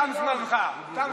תם זמנך, תם זמנך.